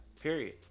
Period